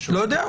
לא יודע,